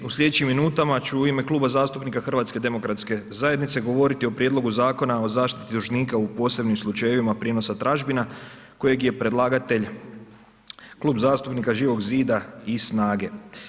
U sljedećim minutama ću u ime Kluba zastupnika HDZ-a govoriti o Prijedlogu Zakona o zaštiti dužnika u posebnim slučajevima prijenosa tražbina kojeg je predlagatelj Klub zastupnika Živog zida i SNAGA-e.